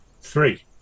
three